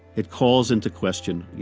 it calls into question, you